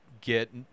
get